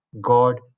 God